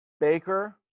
Baker